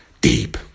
deep